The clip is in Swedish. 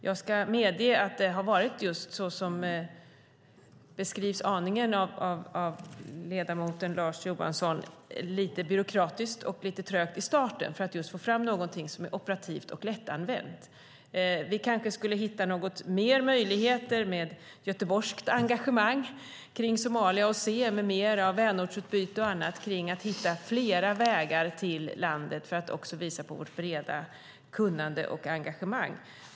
Jag ska medge att det har varit aningen på det sätt som beskrivs av ledamoten Lars Johansson, alltså lite byråkratiskt och lite trögt i starten för att just få fram någonting som är operativt och lättanvänt. Vi kanske skulle kunna hitta några andra möjligheter med göteborgskt engagemang kring Somalia, med mer vänortsutbyte och annat, för att hitta fler vägar till landet för att visa på vårt breda kunnande och engagemang.